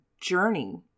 journey